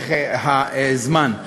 בהמשך הזמן.